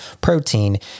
protein